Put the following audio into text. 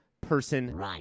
person